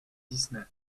disney